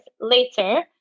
later